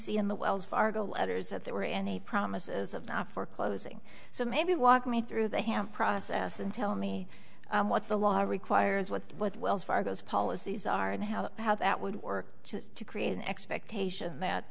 see in the wells fargo letters that there were any promises of not foreclosing so maybe walk me through the ham process and tell me what the law requires what the what wells fargo's policies are and how how that would work just to create an expectation that